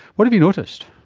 what have you noticed?